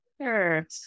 Sure